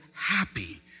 happy